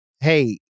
hey